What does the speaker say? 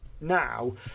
now